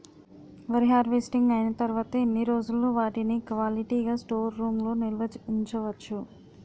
వరి హార్వెస్టింగ్ అయినా తరువత ఎన్ని రోజులు వాటిని క్వాలిటీ గ స్టోర్ రూమ్ లొ నిల్వ ఉంచ వచ్చు?